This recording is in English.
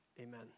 Amen